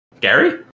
Gary